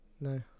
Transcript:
No